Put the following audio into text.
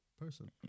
person